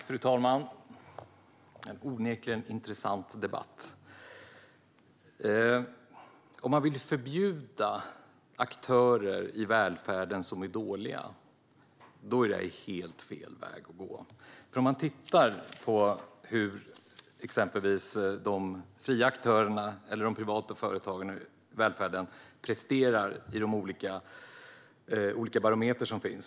Fru talman! Onekligen en intressant debatt! Om man vill förbjuda de aktörer i välfärden som är dåliga är det här helt fel väg att gå. Det ser man om man tittar på hur de fria aktörerna eller de privata företagen i välfärden presterar i olika mätningar.